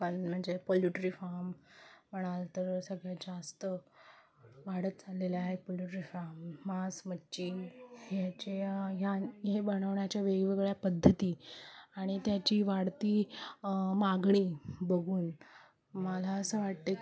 म्ह म्हणजे poultry farm म्हणाल तर सगळ्यात जास्त वाढत चाललेले आहे पोलुट्री फार्म मास मच्छी ह्याचे ह्या हे बनवण्याच्या वेगवेगळ्या पद्धती आणि त्याची वाढती मागणी बघून मला असं वाटते की